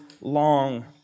long